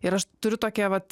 ir aš turiu tokią vat